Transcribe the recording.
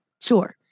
Sure